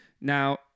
now